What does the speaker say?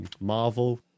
marvel